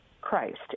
Christ